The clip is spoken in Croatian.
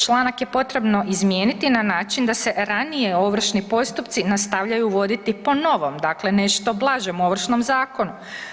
Članak je potrebno izmijeniti na način da se ranije ovršni postupci nastavljaju voditi po novom, dakle nešto blažem Ovršnom zakonu.